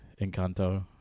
Encanto